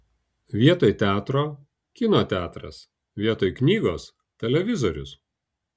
vietoj teatro kino teatras vietoj knygos televizorius